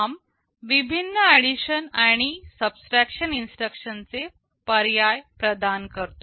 ARM विभिन्न addition आणि subtraction instruction चे पर्याय प्रदान करतो